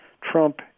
Trump